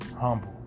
humble